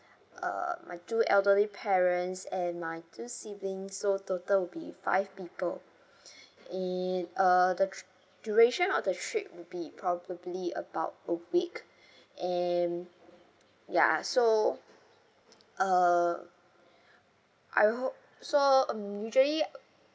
uh my two elderly parents and my two siblings so total will be five people in uh the tr~ duration of the trip will be probably about a week and ya so uh I hope so um usually